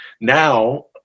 now